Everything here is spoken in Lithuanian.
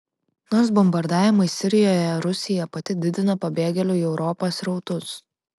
nors bombardavimais sirijoje rusija pati didina pabėgėlių į europą srautus